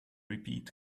repeat